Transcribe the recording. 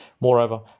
Moreover